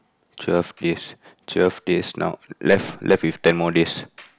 twelve days twelve days now left left with ten more days